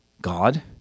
God